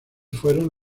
fueron